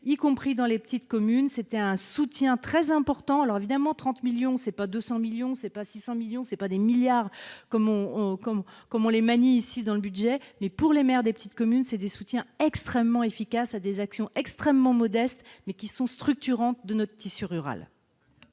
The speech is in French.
y compris dans les petites communes. C'était un soutien très important. Évidemment, 30 millions, ce n'est pas 200 millions, ni 600 millions, ni des milliards, comme on les manie ici dans le budget, mais, pour les maires des petites communes, ce sont des soutiens extrêmement efficaces à des actions extrêmement modestes, mais qui sont structurantes pour notre tissu rural.